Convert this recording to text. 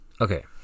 okay